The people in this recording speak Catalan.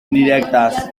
indirectes